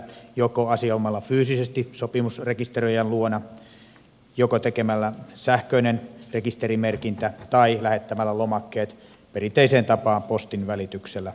joko asioimalla fyysisesti sopimusrekisteröijän luona tekemällä sähköinen rekisterimerkintä tai lähettämällä lomakkeet perinteiseen tapaan postin välityksellä rekisteröijälle